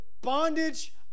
bondage